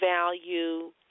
value